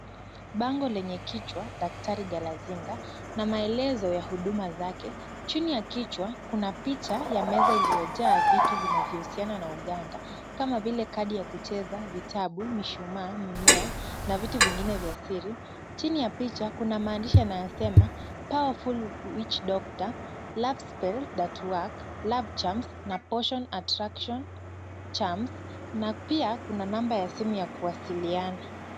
Bango lenye kichwa Daktari Galazinga na maelezo ya huduma zake. Chini ya kichwa kuna picha ya meza iliyojaa vitu vinavyohusiana na uganga kama vile kadi ya kucheza, mishumaa, mimea na vitu vingine vya siri. Chini ya picha kuna maandishi yanayosema powerful witch doctor, love spells that work, love charms na portion attraction charms na pia kuna namba ya simu ya kuwasiliana.